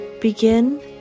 Begin